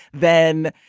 then,